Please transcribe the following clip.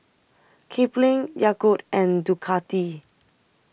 Kipling Yakult and Ducati